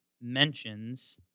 mentions